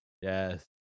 Yes